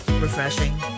Refreshing